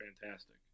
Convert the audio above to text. fantastic